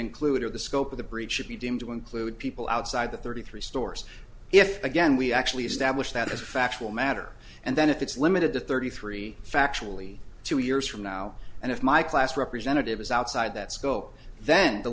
include or the scope of the breach should be deemed to include people outside the thirty three stores if again we actually establish that as factual matter and then if it's limited to thirty three factually two years from now and if my class representative is outside that school then the